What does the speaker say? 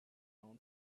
own